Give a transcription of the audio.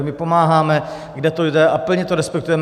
My pomáháme, kde to jde, a plně to respektujeme.